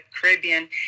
caribbean